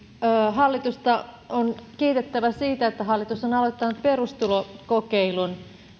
hallitusta on kiitettävä siitä että hallitus on aloittanut perustulokokeilun